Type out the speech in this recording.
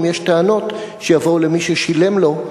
אם יש טענות, שיבואו למי ששילם לו.